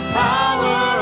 power